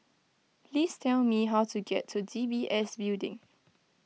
please tell me how to get to D B S Building